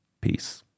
Peace